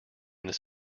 this